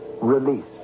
release